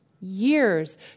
years